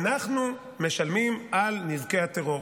אנחנו משלמים על נזקי הטרור.